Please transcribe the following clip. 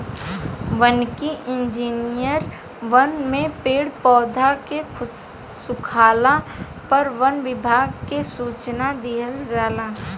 वानिकी इंजिनियर वन में पेड़ पौधा के सुखला पर वन विभाग के सूचना दिहल जाला